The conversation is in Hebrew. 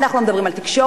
אנחנו לא מדברים על תקשורת,